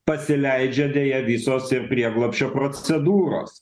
pasileidžia deja visos prieglobsčio procedūros